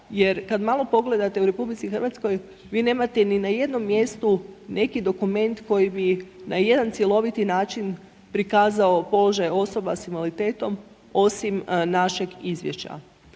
jer kad malo pogledate u RH vi nemate ni na jednom mjestu neki dokument koji bi na jedan cjeloviti način prikazao položaj osoba s invaliditetom osim našeg izvješća.